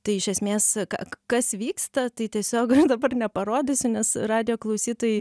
tai iš esmės ka kas vyksta tai tiesiog dabar neparodysiu nes radijo klausytojai